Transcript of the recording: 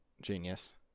genius